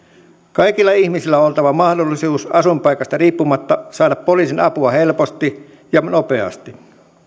kaikilla ihmisillä on oltava mahdollisuus asuinpaikasta riippumatta saada poliisin apua helposti ja nopeasti